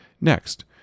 Next